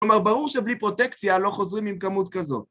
כלומר, ברור שבלי פרוטקציה לא חוזרים עם כמות כזאת.